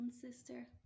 sister